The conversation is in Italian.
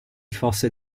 fosse